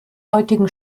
heutigen